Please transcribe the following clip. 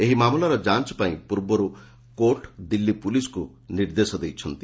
ଏହି ମାମଲାର ଯାଞ ପାଇଁ ପୂର୍ବରୁ କୋର୍ଟ ଦିଲ୍ଲୀ ପୁଲିସ୍କୁ ନିର୍ଦ୍ଦେଶ ଦେଇଛନ୍ତି